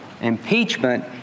Impeachment